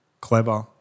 clever